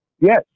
yes